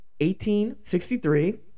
1863